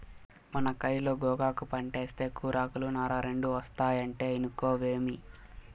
మన కయిలో గోగాకు పంటేస్తే కూరాకులు, నార రెండూ ఒస్తాయంటే ఇనుకోవేమి